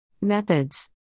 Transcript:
Methods